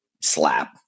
slap